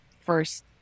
first